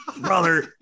brother